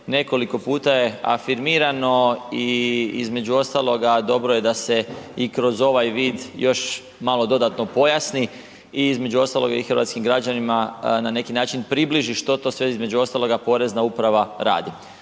nekoliko puta je afirmirano i između ostaloga dobro je da se i kroz ovaj vid još malo dodatno pojasni i između ostaloga i hrvatskim građanima na neki način približi što to sve između ostaloga Porezna uprava radi.